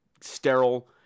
sterile